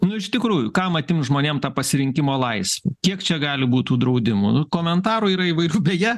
nu iš tikrųjų kam atimt žmonėm tą pasirinkimo lais kiek čia gali būt tų draudimų nu komentarų yra įvairių beje